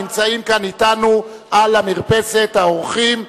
הנמצאים כאן אתנו על מרפסת האורחים.